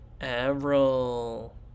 Avril